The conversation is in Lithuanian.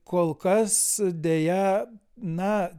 kol kas deja na